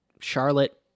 Charlotte